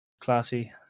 classy